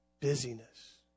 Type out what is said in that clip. busyness